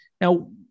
Now